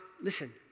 listen